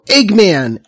Eggman